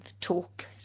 talk